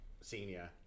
senior